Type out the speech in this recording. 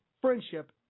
friendship